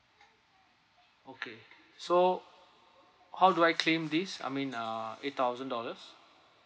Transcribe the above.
okay so how do I claim this I mean uh eight thousand dollars